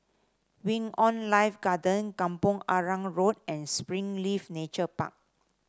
Wing On Life Garden Kampong Arang Road and Springleaf Nature Park